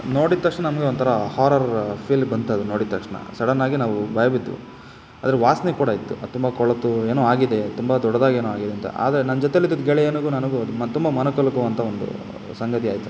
ನೋಡಿದ ತಕ್ಷ್ಣ ನಮಗೆ ಒಂಥರ ಹಾರರ್ ಫೀಲ್ ಬಂತು ಅದನ್ನು ನೋಡಿದ ತಕ್ಷಣ ಸಡನ್ನಾಗಿ ನಾವು ಭಯ ಬಿದ್ವಿ ಅದ್ರ ವಾಸನೆ ಕೂಡ ಇತ್ತು ಅದು ತುಂಬ ಕೊಳೆತು ಏನೋ ಆಗಿದೆ ತುಂಬ ದೊಡ್ದಾಗಿ ಏನೋ ಆಗಿದೆ ಅಂತ ಆದರೆ ನನ್ನ ಜೊತೆಲಿದ್ದಿದ್ದ ಗೆಳೆಯನಿಗೂ ನನಗೂ ಮ್ ತುಂಬ ಮನಕಲಕುವಂಥ ಒಂದು ಸಂಗತಿ ಆಯಿತು